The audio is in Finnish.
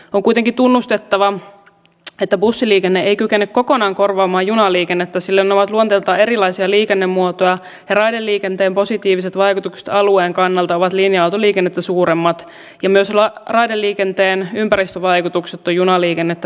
on kuitenkin tunnustettava että bussiliikenne ei kykene kokonaan korvaamaan junaliikennettä sillä ne ovat luonteeltaan erilaisia liikennemuotoja ja raideliikenteen positiiviset vaikutukset alueen kannalta ovat linja autoliikennettä suuremmat ja myös raideliikenteen ympäristövaikutukset ovat bussiliikennettä pienemmät